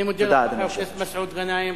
אני מודה לחבר הכנסת מסעוד גנאים.